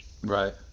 right